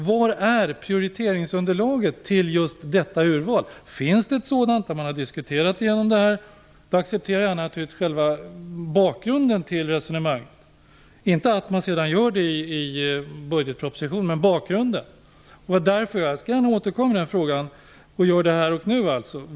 Var är prioriteringsunderlaget till just detta urval? Finns det ett sådant? Har man diskuterat igenom detta? Jag accepterar naturligtvis själva bakgrunden till resonemanget, men inte att regeringen resonerar i budgetpropositionen. Jag skall återkomma till den här frågan både här och nu.